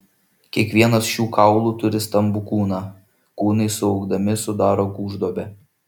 kiekvienas šių kaulų turi stambų kūną kūnai suaugdami sudaro gūžduobę